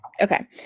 Okay